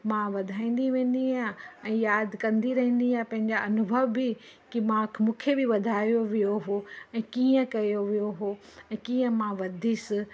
मां वधाईंदी वेंदी आहियां ऐं याद कंदी रहंदी आहियां पंहिंजा अनुभव बि कि मां मूंखे बि वधायो वियो हो ऐं कीअं कयो वियो हो ऐं कीअं मां वधियसि